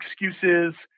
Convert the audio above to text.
excuses